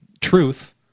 truth